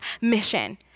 mission